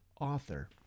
author